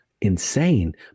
insane